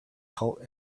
cult